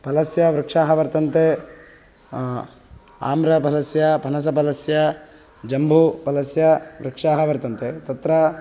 फलस्य वृक्षाः वर्तन्ते आम्रफलस्य पनसफलस्य जम्बूफलस्य वृक्षाः वर्तन्ते तत्र